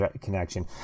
connection